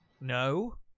no